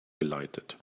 geleitet